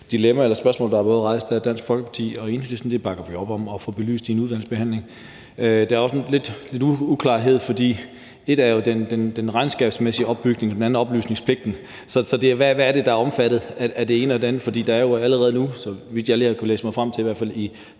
nogle fine spørgsmål, der har været rejst af både Dansk Folkeparti og Enhedslisten, og dem bakker vi op om at få belyst i en udvalgsbehandling. Der er også lidt uklarhed, for én ting er jo den regnskabsmæssige opbygning, og den anden er oplysningspligten. Så hvad er det, der er omfattet af det ene og det andet? For der er jo allerede nu – så vidt jeg lige har kunnet læse mig frem til – i hvert fald i